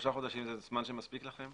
שלושה חודשים זה זמן שמספיק לכם